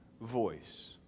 voice